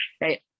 right